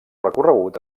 recorregut